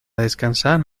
descansar